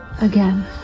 again